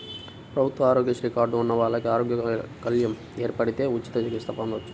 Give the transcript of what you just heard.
ప్రభుత్వ ఆరోగ్యశ్రీ కార్డు ఉన్న వాళ్లకి అంగవైకల్యం ఏర్పడితే ఉచిత చికిత్స పొందొచ్చు